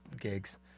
gigs